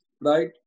right